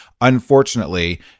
Unfortunately